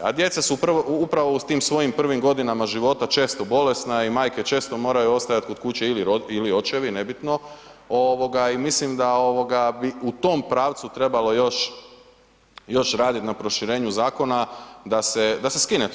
A djeca su upravo u tim svojim prvim godinama života često bolesna i majke često moraju ostajati kod kuće, ili očevi, nebitno i mislim da bi u tom pravcu trebalo još raditi na proširenju zakona da se skine to.